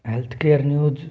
health care news